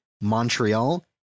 Montreal